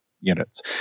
units